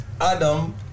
Adam